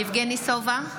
יבגני סובה,